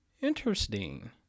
Interesting